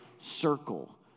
circle